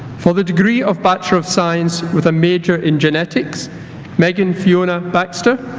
for the degree of bachelor of science with a major in genetics megan fiona baxter